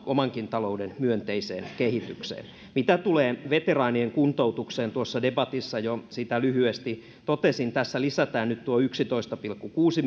omankin talouden myönteiseen kehitykseen mitä tulee veteraanien kuntoutukseen tuossa debatissa jo siitä lyhyesti totesin tässä lisätään nyt tuo yksitoista pilkku kuusi